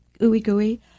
ooey-gooey